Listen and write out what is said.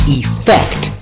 effect